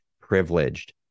privileged